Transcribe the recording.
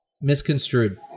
misconstrued